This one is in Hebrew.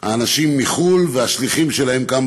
האנשים מחו"ל והשליחים שלהם כאן,